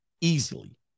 easily